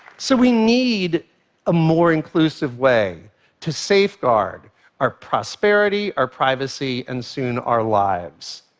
so we need a more inclusive way to safeguard our prosperity, our privacy and soon, our lives.